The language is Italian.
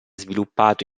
sviluppato